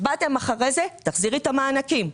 באתם אחרי זה: תחזירי את המענקים.